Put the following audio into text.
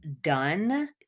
done